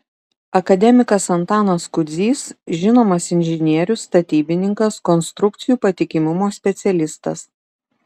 akademikas antanas kudzys žinomas inžinierius statybininkas konstrukcijų patikimumo specialistas